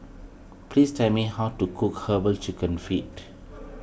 please tell me how to cook Herbal Chicken Feet